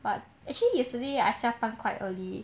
but actually yesterday I 下班 quite early